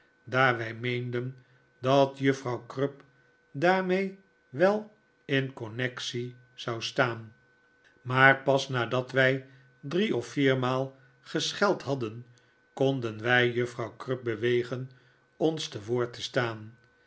wij meenderi dat juffrouw crupp daarmee wel in connectie zou staan maar pas nadat wij drie of viermaal gescheld hadden konden wij juffrouw crupp bewegen ons te woord te staan